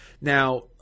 Now